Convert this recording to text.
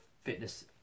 fitness